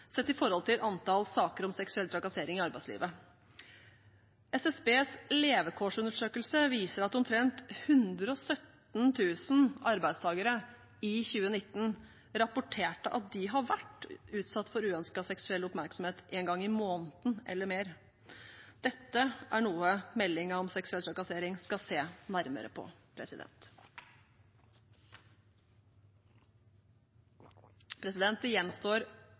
sett i forhold til antall saker om seksuell trakassering i arbeidslivet. SSBs levekårsundersøkelse viser at omtrent 117 000 arbeidstakere i 2019 rapporterte om at de har vært utsatt for uønsket seksuell oppmerksomhet en gang i måneden eller mer. Dette er noe meldingen om seksuell trakassering skal se nærmere på det. Det gjenstår